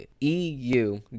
EU